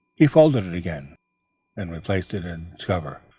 he folded it again and replaced it in its cover.